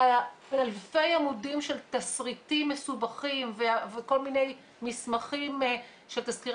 אלפי העמודים של תשריטים מסובכים וכל מיני מסמכים של תסקירי